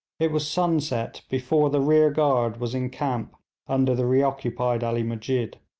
it was sunset before the rear-guard was in camp under the reoccupied ali musjid.